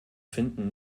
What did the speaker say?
finden